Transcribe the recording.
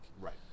Right